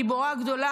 גיבורה גדולה,